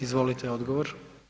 Izvolite, odgovor.